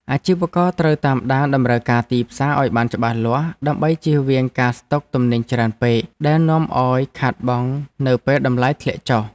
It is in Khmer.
អាជីវករត្រូវតាមដានតម្រូវការទីផ្សារឱ្យបានច្បាស់លាស់ ដើម្បីជៀសវាងការស្តុកទំនិញច្រើនពេកដែលនាំឱ្យខាតបង់នៅពេលតម្លៃធ្លាក់ចុះ។